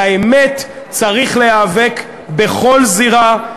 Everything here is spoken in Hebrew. על האמת צריך להיאבק בכל זירה,